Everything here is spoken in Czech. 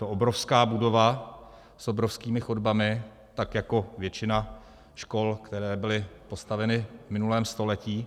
Je to obrovská budova s obrovskými chodbami, tak jako většina škol, které byly postaveny v minulém století.